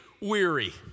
weary